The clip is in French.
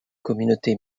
communauté